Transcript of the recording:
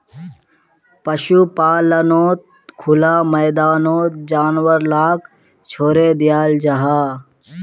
पशुपाल्नोत खुला मैदानोत जानवर लाक छोड़े दियाल जाहा